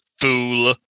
Fool